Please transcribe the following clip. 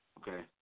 Okay